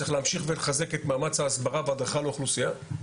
צריך להמשיך ולחזק את מאמץ ההסברה וההדרכה לאוכלוסיה.